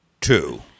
two